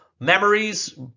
memories